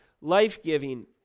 life-giving